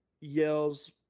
yells